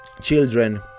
children